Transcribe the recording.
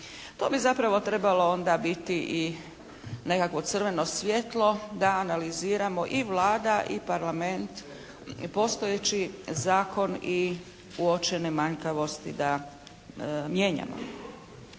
To bi zapravo trebalo onda biti i nekakvo crveno svjetlo na analiziramo i Vlada i Parlament i postojeći zakon i uočene manjkavosti da mijenjamo.